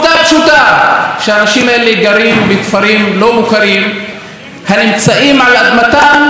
בכפרים לא מוכרים הנמצאים על אדמתם מלפני קום המדינה.